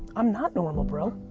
i'm not normal, bro.